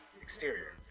exterior